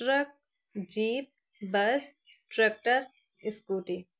truck jeep bus tractor scooty